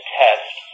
test